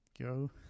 go